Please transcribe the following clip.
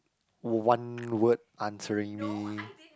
one word answering me